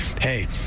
hey